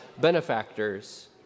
benefactors